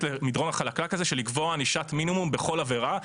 למדרון החלקלק הזה של קביעת ענישת מינימום בכל עבירה.